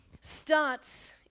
starts